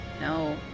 No